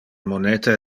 moneta